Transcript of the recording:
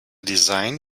design